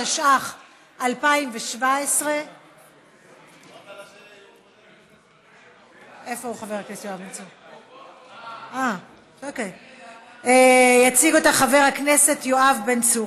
התשע"ח 2017. יציג אותה חבר הכנסת יואב בן צור,